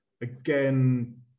Again